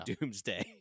Doomsday